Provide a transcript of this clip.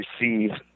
receive